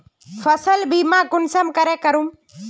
फसल बीमा कुंसम करे करूम?